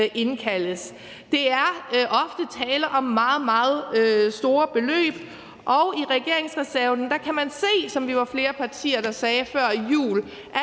Der er ofte tale om meget, meget store beløb, og i regeringsreserven kan man se, som vi var flere partier, der sagde før jul, at